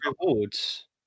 rewards